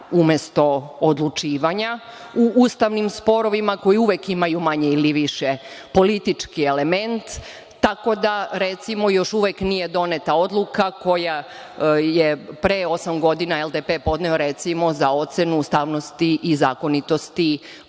umesto odlučivanja u ustavnim sporovima koji uvek imaju manje ili više politički element. Tako da, recimo, još uvek nije doneta odluka koju je pre osam godina LDP podneo, recimo, za ocenu ustavnosti i zakonitosti